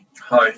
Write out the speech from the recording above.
Hi